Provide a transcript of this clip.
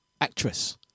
actress